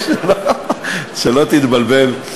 שלא תתבלבל.